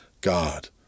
God